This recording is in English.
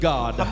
God